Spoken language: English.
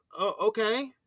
okay